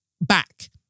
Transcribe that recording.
back